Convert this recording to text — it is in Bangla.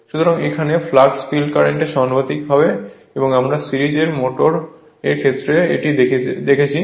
সুতরাং এখানে ফ্লাক্স ফিল্ড কারেন্টের সমানুপাতিক আমরা সিরিজের মোটর এর ক্ষেত্রে এটি দেখেছি